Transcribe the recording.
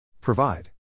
Provide